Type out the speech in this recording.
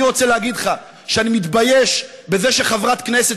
אני רוצה להגיד לך שאני מתבייש בזה שחברת כנסת